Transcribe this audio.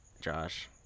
Josh